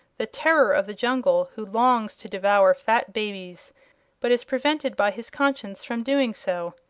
the terror of the jungle, who longs to devour fat babies but is prevented by his conscience from doing so.